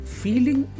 feeling